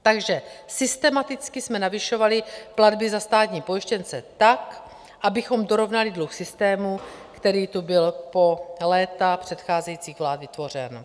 Takže systematicky jsme navyšovali platby za státní pojištěnce tak, abychom dorovnali dluh v systému, který tu byl po léta předcházejících vlád vytvořen.